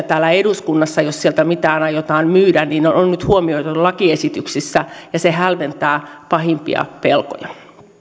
täällä eduskunnassa jos sieltä mitään aiotaan myydä on nyt huomioitu lakiesityksessä ja se hälventää pahimpia pelkoja